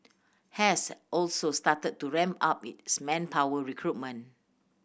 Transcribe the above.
has also started to ramp up its manpower recruitment